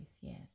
yes